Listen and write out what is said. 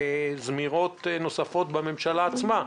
שמעתי זמירות נוספות בממשלה עצמה.